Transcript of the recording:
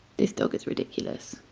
this dog is ridiculous.